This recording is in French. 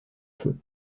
feu